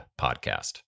podcast